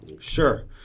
Sure